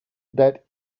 that